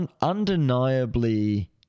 Undeniably